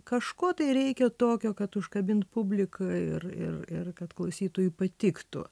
kažko tai reikia tokio kad užkabint publiką ir ir ir kad klausytojui patiktų